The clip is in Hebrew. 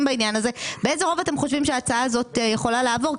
בעניין הזה חושבים שההצעה הזאת יכולה לעבור?